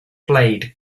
blade